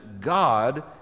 god